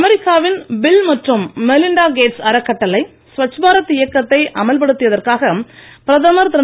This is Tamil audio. அமெரிக்காவின் பில் மற்றும் மெலிண்டா கேட்ஸ் அறக்கட்டளை ஸ்வட்ச் பாரத் இயக்கத்தை அமல்படுத்தியதற்காக பிரதமர் திரு